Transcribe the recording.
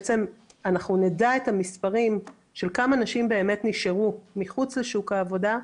אנחנו נדע את המספרים כמה נשים באמת נשארו מחוץ לשוק העבודה,